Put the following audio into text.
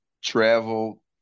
travel